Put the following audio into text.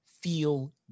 feel